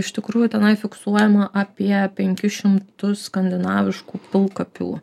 iš tikrųjų tenai fiksuojama apie penkis šimtus skandinaviškų pilkapių